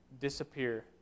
disappear